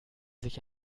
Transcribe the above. sich